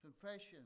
confession